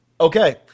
Okay